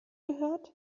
gehört